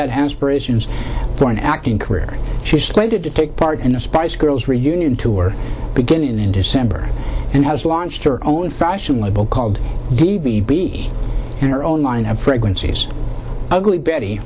had aspirations for an acting career she was slated to take part in the spice girls reunion tour beginning in december and has launched her own fashion label called d b b and her own line of frequencies ugly betty